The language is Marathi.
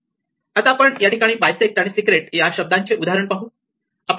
आता आपण या ठिकाणी बायसेक्ट आणि सीक्रेट या शब्दांचे उदाहरण पाहू